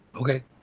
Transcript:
Okay